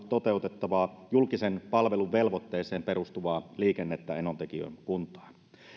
toteutettavaa julkisen palvelun velvoitteeseen perustuvaa liikennettä enontekiön kuntaan